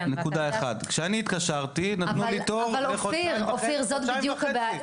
כשאני התקשרתי, נתנו לי תור לחודשיים וחצי.